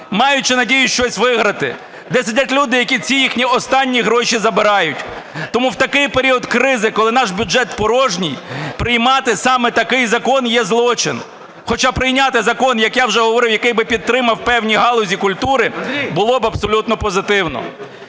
маючи надію щось виграти, де сидять люди, які ці їхні останні гроші забирають. Тому в такий період кризи, коли наш бюджет порожній, приймати саме такий закон є злочин. Хоча прийняти закон, як я вже говорив, який би підтримав певні галузі культури, було б абсолютно позитивно.